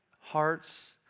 hearts